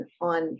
on